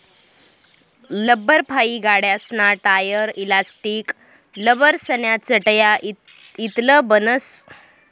लब्बरफाइ गाड्यासना tyre, elastic, लब्बरन्या चटया इतलं बनस